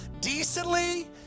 decently